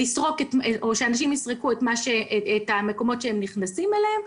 מערכת שאנשים יסרקו בה את המקומות שהם נכנסים אליהם,